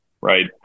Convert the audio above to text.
right